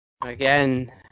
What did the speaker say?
again